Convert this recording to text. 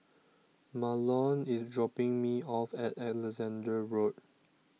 Mahlon is dropping me off at Alexandra Road